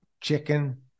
chicken